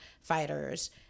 fighters